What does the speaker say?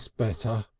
better,